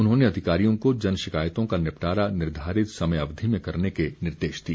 उन्होंने अधिकारियों को जन शिकायतों का निपटारा निर्धारित समय अवधि में करने के निर्देश दिए